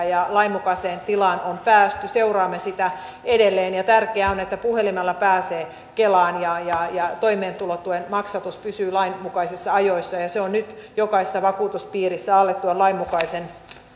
ja lainmukaiseen tilaan on päästy seuraamme sitä edelleen tärkeää on että puhelimella pääsee kelaan ja ja toimeentulotuen maksatus pysyy lainmukaisissa ajoissa se on nyt jokaisessa vakuutuspiirissä alle tuon lainmukaisen